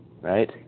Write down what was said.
right